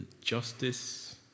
justice